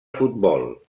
futbol